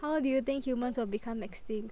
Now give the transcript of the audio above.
how long do you think humans will become extinct